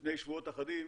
לפני שבועות אחדים,